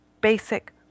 basic